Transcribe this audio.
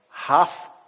Half